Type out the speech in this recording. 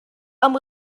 amb